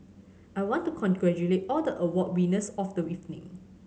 I want to congratulate all the award winners of the evening